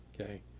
Okay